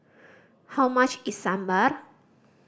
how much is Sambar